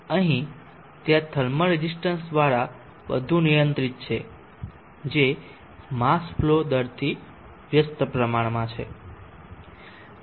અહીં તે આ થર્મલ રેઝિસ્ટન્સ દ્વારા વધુ નિયંત્રિત છે જે માસ ફલો દરથી વ્યસ્ત પ્રમાણમાં છે